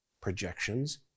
projections